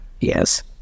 Yes